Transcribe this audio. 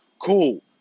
cool